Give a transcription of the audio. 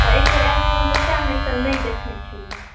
हँ तऽ एक बेर आयल छलहुँ तऽ सएह ने ई सभ नहि देखने छलियै